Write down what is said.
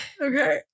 Okay